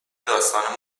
داستان